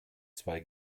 zwei